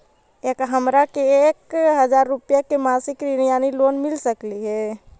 का हमरा के एक हजार रुपया के मासिक ऋण यानी लोन मिल सकली हे?